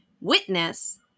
witness